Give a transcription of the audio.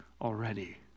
already